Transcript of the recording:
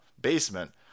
basement